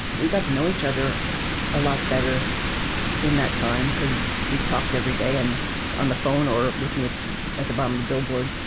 we got to know each other a lot better in that time because we talked every day and on the phone, or with me at at the bottom of the billboard.